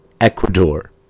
Ecuador